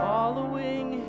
Following